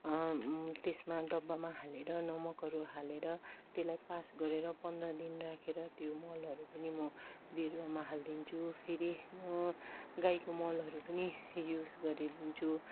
त्यसमा डब्बामा हालेर नमकहरू हालेर त्यसलाई पास गरेर पन्ध्र दिन राखेर त्यो मलहरू पनि म बिरुवामा हालिदिन्छु फेरि गाईको मलहरू पनि युज गरिदिन्छु